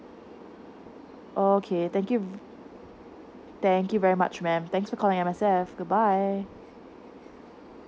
okay thank you ve~ thank you very much mam thank you for calling M_S_F good bye